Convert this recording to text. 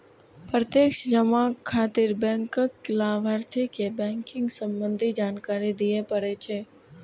प्रत्यक्ष जमा खातिर बैंक कें लाभार्थी के बैंकिंग संबंधी जानकारी दियै पड़ै छै